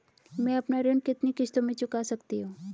मैं अपना ऋण कितनी किश्तों में चुका सकती हूँ?